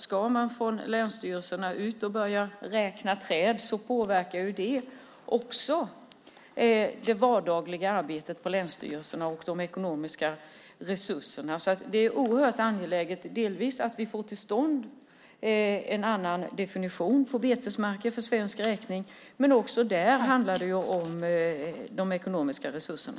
Om länsstyrelserna ska ut och räkna träd påverkas det dagliga arbetet, liksom de ekonomiska resurserna, vid länsstyrelserna. Det är därför oerhört angeläget att vi för svensk del får till stånd en annan definition på betesmarker, men det handlar också om de ekonomiska resurserna.